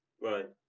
Right